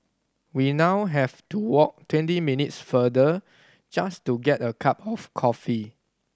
we now have to walk twenty minutes farther just to get a cup of coffee